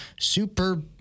super